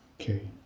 Okay